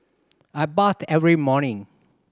I bath every morning